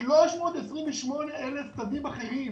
328 אלף תווים אחרים